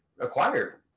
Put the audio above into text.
acquire